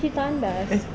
eh